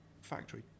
factory